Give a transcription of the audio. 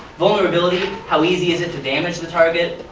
vulnerability how easy is it to damage the target?